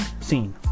scene